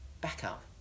backup